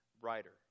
brighter